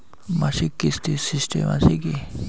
মাসিক কিস্তির সিস্টেম আছে কি?